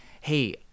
hey